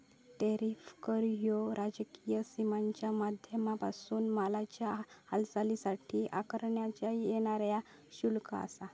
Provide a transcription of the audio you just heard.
tariff कर ह्यो राजकीय सीमांच्या माध्यमांपासून मालाच्या हालचालीसाठी आकारण्यात येणारा शुल्क आसा